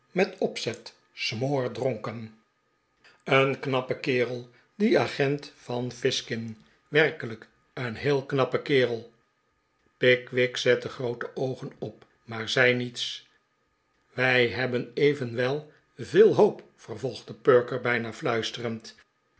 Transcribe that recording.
met opzet smoordronken een knappe kerel die agent van fizkin werkelijk een heel knappe kerel pickwick zette groote oogen op maar zei niets wij hebben evenwel veel hoop vervolgde perker bijna fluisterend